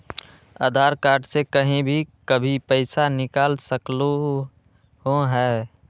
आधार card से कहीं भी कभी पईसा निकाल सकलहु ह?